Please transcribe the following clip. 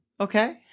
Okay